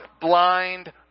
blind